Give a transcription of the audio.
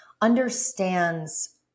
understands